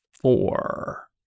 four